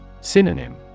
Synonym